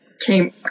came